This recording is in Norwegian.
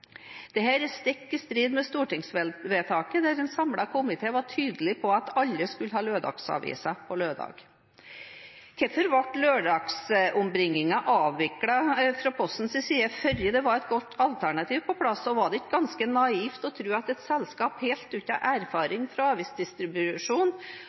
er stikk i strid med stortingsvedtaket, der en samlet komité var tydelig på at alle skulle ha lørdagsaviser på lørdag. Hvorfor ble lørdagsombringingen avviklet fra Postens side før det var et godt alternativ på plass? Og var det ikke ganske naivt å tro at et selskap helt